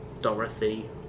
Dorothy